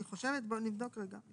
אני חושבת, בואו נבדוק רגע.